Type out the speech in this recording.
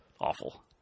Awful